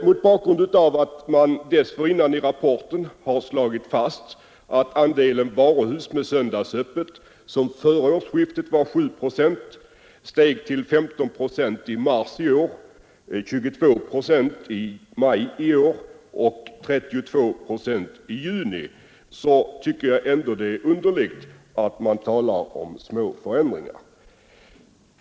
Mot bakgrund av att man i rapporten dessförinnan har slagit fast att andelen varuhus med söndagsöppet, som före årsskiftet var 7 procent, steg till 15 procent i mars i år, till 22 procent i maj och till 32 procent i juni tycker jag att det är underligt att man talar om små förändringar.